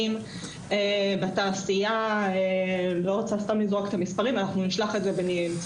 הנושא השני אני אומר את זה לא מכיוון שזה פיל בחדר אבל זה נושא